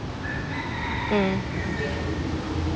mm